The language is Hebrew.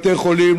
בתי-חולים,